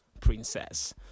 princess